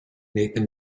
nathan